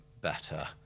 better